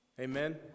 Amen